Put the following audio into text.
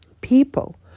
people